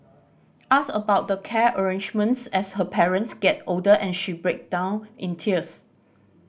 ask about the care arrangements as her parents get older and she break down in tears